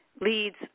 leads